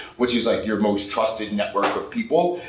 which is like your most trusted network people,